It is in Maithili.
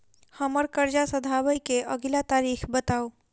हम्मर कर्जा सधाबई केँ अगिला तारीख बताऊ?